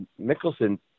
Mickelson